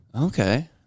Okay